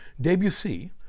Debussy